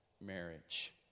marriage